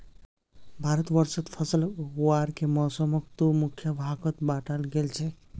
भारतवर्षत फसल उगावार के मौसमक दो मुख्य भागत बांटाल गेल छेक